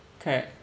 correct